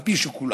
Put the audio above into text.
על פי שיקוליו.